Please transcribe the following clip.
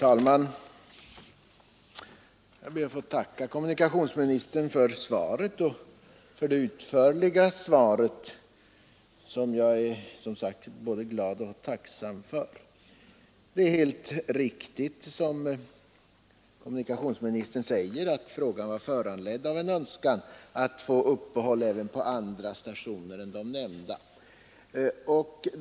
Herr talman! Jag är tacksam för det utförliga svar på min fråga som kommunikationsministern har lämnat. Det är helt riktigt som kommunikationsministern säger att frågan var föranledd av en önskan om uppehåll vid även andra stationer än de i svaret nämnda.